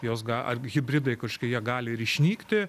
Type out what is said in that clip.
jos ar hibridai kažkokie jie gali ir išnykti